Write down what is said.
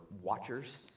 watchers